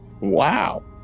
Wow